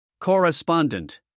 Correspondent